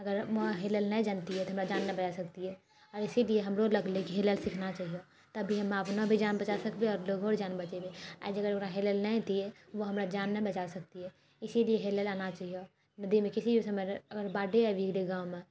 अगर म हेलैला नहि जनतिऐ तऽ हमरा जान नहि बचा सकतिऐ और इसलिए हमरो लगलै की हेलेला सीखना चाहिए तभी हम अपनो भी जान बचा सकबै आओर लोगो आओर जान बचेबै आ जे अगर ओकरा हेलैला नहि ऐतिऐ तऽ ओ हमरा जान नहि बचा सकतिऐ इसीलिए हेलैला आना चाहिए नदीमे किसी भी समय अगर बाढ़े आबी गेलै गाँवमे